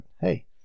hey